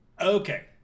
okay